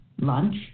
lunch